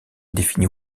définit